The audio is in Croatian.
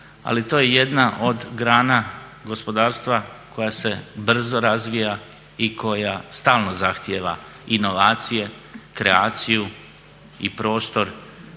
ali to je jedna od grana gospodarstva koja se brzo razvija i koja stalno zahtijeva inovacije, kreaciju i prostor